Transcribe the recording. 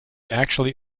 actually